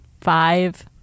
five